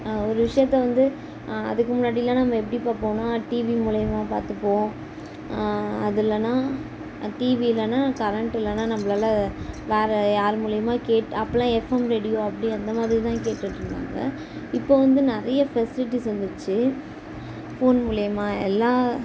ஒரு விஷயத்த வந்து அதுக்கு முன்னாடிலாம் நம்ம எப்படி பார்ப்போம்னா டிவி மூலிமா பார்த்துப்போம் அது இல்லைன்னா டிவி இல்லைன்னா கரெண்ட்டு இல்லைன்னா நம்மளால வேறே யார் மூலிமா கேட் அப்போல்லாம் எஃப்எம் ரேடியோ அப்படி அந்த மாதிரி தான் கேட்டுட்டிருந்தாங்க இப்போது வந்து நிறைய ஃபெஸ்லிட்டிஸ் வந்துடுச்சி ஃபோன் மூலிமா எல்லா